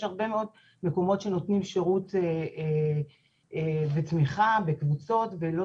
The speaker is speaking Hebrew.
יש הרבה מאוד מקומות שנותנים שירות ותמיכה בקבוצות ולא